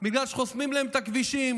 בגלל שחוסמים להם את הכבישים,